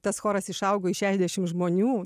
tas choras išaugo į šešiasdešim žmonių